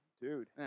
dude